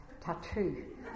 tattoo